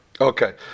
okay